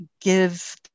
give